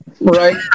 Right